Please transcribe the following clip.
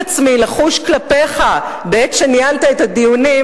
עצמי לחוש כלפיך בעת שניהלת את הדיונים,